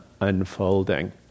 unfolding